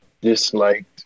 disliked